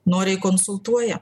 noriai konsultuoja